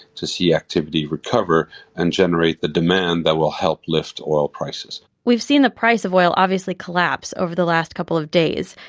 to see activity recover and generate the demand that will help lift oil prices we've seen the price of oil obviously collapse over the last couple of days.